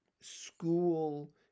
school